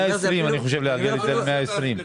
אני חושב לעגל את זה ל-120.